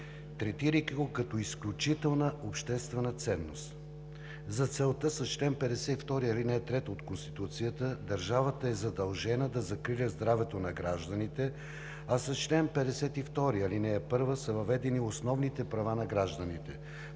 третирайки го като изключителна обществена ценност. За целта с чл. 52, ал. 3 от Конституцията държавата е задължена да закриля здравето на гражданите, а с чл. 52, ал. 1 са въведени и основните права на гражданите –